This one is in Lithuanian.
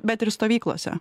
bet ir stovyklose